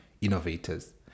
innovators